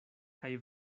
kaj